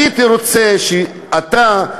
הייתי רוצה שאתה,